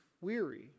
weary